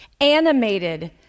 animated